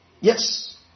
Yes